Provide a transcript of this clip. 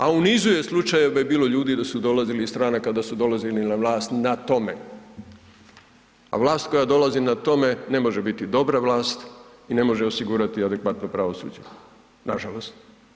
A u nizu je slučajeva je bilo ljudi da su dolazili iz stranaka da su dolazili na vlast na tome, a vlast koja dolazi na tome ne može biti dobra vlast i ne može osigurati adekvatno pravosuđe, nažalost.